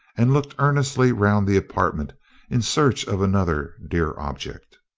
and looked earnestly round the apartment in search of another dear object.